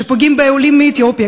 כשפוגעים בעולים מאתיופיה,